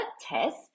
test